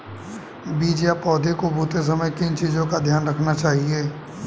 बीज या पौधे को बोते समय किन चीज़ों का ध्यान रखना चाहिए?